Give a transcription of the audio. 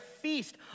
feast